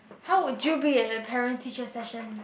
how would you be at a parent teacher session